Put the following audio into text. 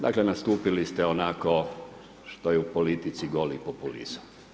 Dakle, nastupili ste onako što je u politici goli populizam.